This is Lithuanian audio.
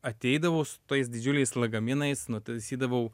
ateidavau su tais didžiuliais lagaminais nutaisydavau